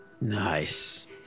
Nice